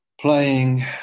playing